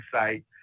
site